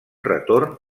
retorn